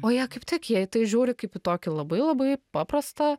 o jie kaip tik jie į tai žiūri kaip į tokį labai labai paprastą